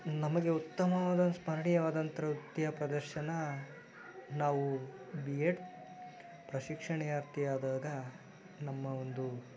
ನಮಗೆ ಉತ್ತಮವಾದ ಸ್ಮರಣೀಯವಾದಂಥ ನೃತ್ಯ ಪ್ರದರ್ಶನ ನಾವು ಬಿ ಎಡ್ ಪ್ರಶಿಕ್ಷಣಾರ್ಥಿಯಾದಾಗ ನಮ್ಮ ಒಂದು